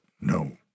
no